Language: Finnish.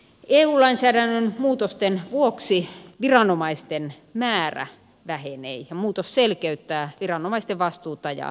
eu lainsäädännön muutosten vuoksi viranomaisten määrä vähenee ja muutos selkeyttää viranomaisten vastuuta ja työnjakoa